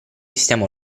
stiamo